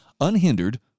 unhindered